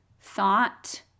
thought